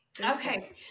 Okay